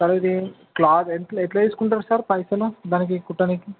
sir అది cloth ఎట్లా ఎట్లా తీసుకుంటారు సార్ పైసలు దానికి కుట్టనీకి